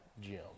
Jim